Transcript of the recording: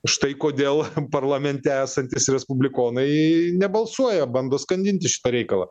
štai kodėl parlamente esantys respublikonai nebalsuoja bando skandinti šitą reikalą